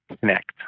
connect